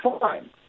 fine